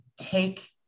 take